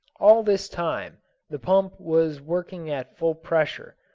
all this time the pump was working at full pressure,